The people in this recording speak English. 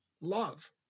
love